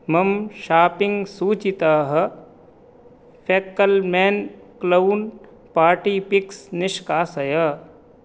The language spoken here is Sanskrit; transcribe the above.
मम शापिङ्ग् सूचितः फ़ेक्कल्मेन् क्लौन् पार्टी पिक्स् निष्कासय